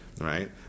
right